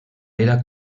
era